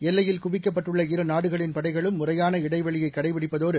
எல்லையில் குவிக்கப்பட்டுள்ள இருநாடுகளின் படைகளும் முறையான இடைவெளியை கடைபிடிப்பதோடு